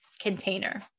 container